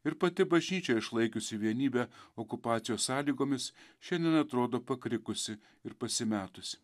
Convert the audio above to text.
ir pati bažnyčia išlaikiusi vienybę okupacijos sąlygomis šiandien atrodo pakrikusi ir pasimetusi